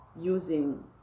using